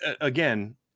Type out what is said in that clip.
again